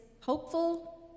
hopeful